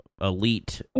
elite